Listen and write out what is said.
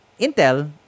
Intel